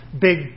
big